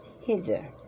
hither